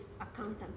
accountant